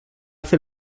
fer